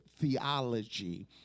theology